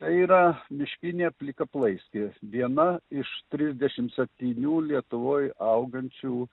tai yra miškinė plikaplaistė viena iš trisdešim septynių lietuvoj augančių